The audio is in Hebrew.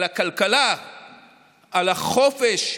על הכלכלה על החופש,